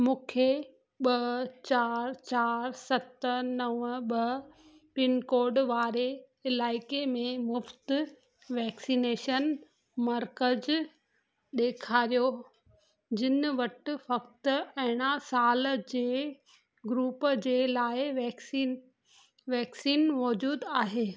मूंखे ॿ चार चार सत नव ॿ पिनकोड वारे इलाइके में मुफ़्त वैक्सनेशन मर्कज़ ॾेखारियो जिन्हनि वटि फ़क़्ति अरिड़ह साल जे ग्रुप जे लाइ वैक्सीन वैक्सीन मौजूद आहे